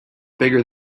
bigger